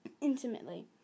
Intimately